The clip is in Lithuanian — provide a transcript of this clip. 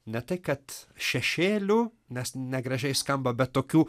ne tai kad šešėlių nes negražiai skamba bet tokių